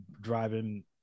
driving